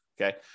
okay